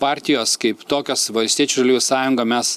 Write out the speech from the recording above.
partijos kaip tokios valstiečių žaliųjų sąjunga mes